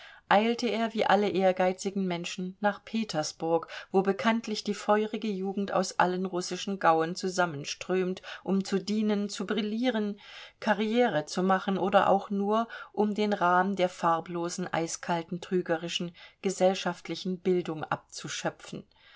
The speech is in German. eilte er wie alle ehrgeizigen menschen nach petersburg wo bekanntlich die feurige jugend aus allen russischen gauen zusammenströmt um zu dienen zu brillieren karriere zu machen oder auch nur um den rahm der farblosen eiskalten trügerischen gesellschaftlichen bildung abzuschöpfen